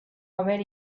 haber